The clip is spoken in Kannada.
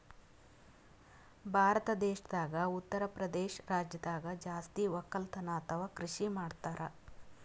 ಭಾರತ್ ದೇಶದಾಗ್ ಉತ್ತರಪ್ರದೇಶ್ ರಾಜ್ಯದಾಗ್ ಜಾಸ್ತಿ ವಕ್ಕಲತನ್ ಅಥವಾ ಕೃಷಿ ಮಾಡ್ತರ್